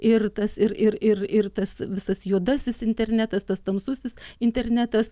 ir tas ir ir ir ir tas visas juodasis internetas tas tamsusis internetas